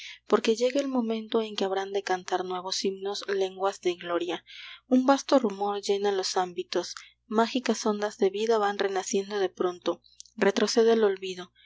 porque llega el momento en que habrán de cantar nuevos himnos lenguas de gloria un vasto rumor llena los ámbitos mágicas ondas de vida van renaciendo de pronto retrocede el olvido